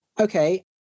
okay